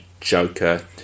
Joker